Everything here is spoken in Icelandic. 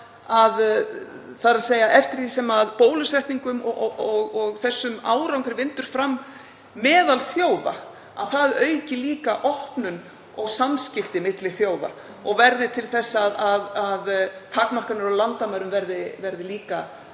þess að eftir því sem bólusetningum og þessum árangri vindur fram meðal þjóða auki það líka opnun og samskipti milli þjóða og verði til þess að takmarkanir á landamærum verði líka